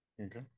Okay